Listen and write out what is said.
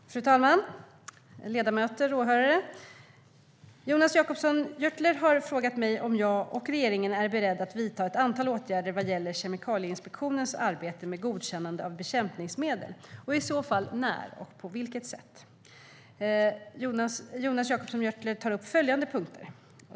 STYLEREF Kantrubrik \* MERGEFORMAT Svar på interpellationerJonas Jacobsson Gjörtler tar upp följande punkter.